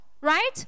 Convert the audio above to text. right